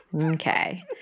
okay